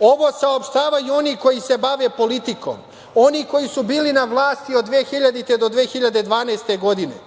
ovo saopštavaju oni koji se bave politikom, oni koji su bili na vlasti od 2000. do 2012. godine,